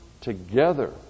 together